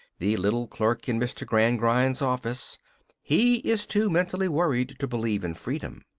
the little clerk in mr. gradgrind's office he is too mentally worried to believe in freedom.